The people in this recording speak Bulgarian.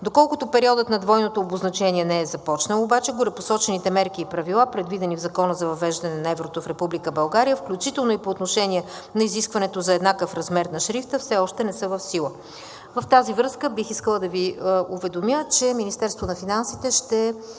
Доколкото периодът на двойното обозначение не е започнал обаче, горепосочените мерки и правила, предвидени в Закона за въвеждане на еврото в Република България, включително и по отношение на изискването за еднакъв размер на шрифта, все още не са в сила. В тази връзка бих искала да Ви уведомя, че Министерството на финансите ще